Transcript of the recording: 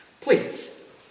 Please